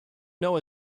know